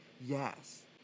Yes